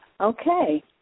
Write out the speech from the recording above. Okay